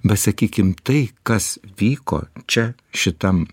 bet sakykim tai kas vyko čia šitam